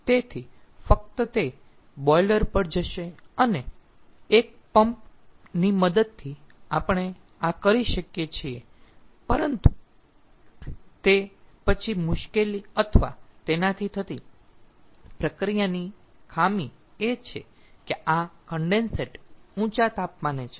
તેથી ફક્ત તે બોઈલર પર જશે અને એક પંપ ની મદદથી આપણે આ કરી શકીએ છીએ પરંતુ તે પછી મુશ્કેલી અથવા તેનાથી થતી પ્રક્રિયાની ખામી એ છે કે આ કન્ડેન્સેટ ઊંચા તાપમાને છે